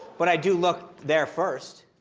but i do look there first,